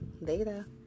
later